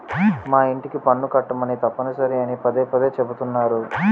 మా యింటికి పన్ను కట్టమని తప్పనిసరి అని పదే పదే చెబుతున్నారు